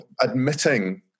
admitting